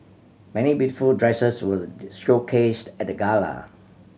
many beautiful dresses were showcased at the gala